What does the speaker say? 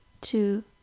two